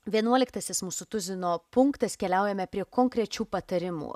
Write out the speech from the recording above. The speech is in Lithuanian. vienuoliktasis mūsų tuzino punktas keliaujame prie konkrečių patarimų